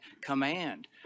command